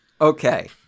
Okay